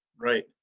Right